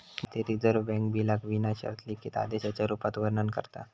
भारतीय reserve bank बिलाक विना शर्त लिखित आदेशाच्या रुपात वर्णन करता